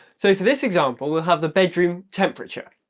so for this example we'll have the bedroom temperature,